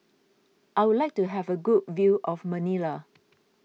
I would like to have a good view of Manila